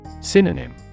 Synonym